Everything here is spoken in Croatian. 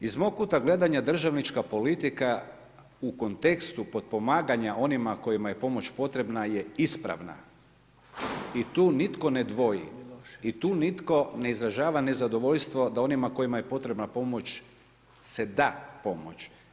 Iz mog kuta gledanja državnička politika u kontekstu potpomaganja onima kojima je pomoć potrebna je ispravna i tu nitko ne dvoji i tu nitko ne izražava nezadovoljstvo da onima kojima je potrebna pomoć se da pomoć.